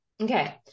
Okay